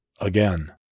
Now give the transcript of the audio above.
again